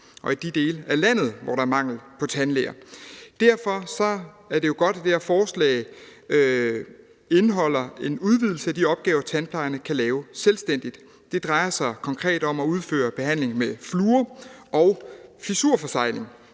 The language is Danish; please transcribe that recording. og i de dele af landet, hvor der er mangel på tandlæger. Derfor er det jo godt, at det her forslag indeholder en udvidelse af de opgaver, tandplejerne kan lave selvstændigt. Det drejer sig konkret om at udføre behandling med fluor og fissurforsegling,